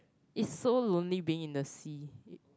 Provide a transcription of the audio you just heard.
is so lonely being in the sea